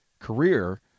career